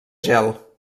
gel